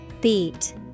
Beat